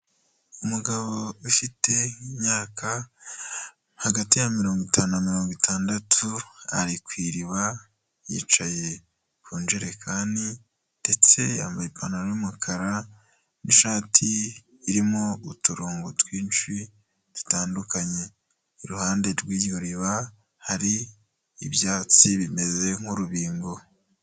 Umugabo ufite imyaka hagati ya mirongo itanu na mirongo itandatu, ari ku iriba yicaye ku njerekani ndetse yambaye ipantaro y'umukara n'ishati irimo uturongo twinshi dutandukanye, iruhande rw'iryo riba hari ibyatsi bimeze nk'urubingo.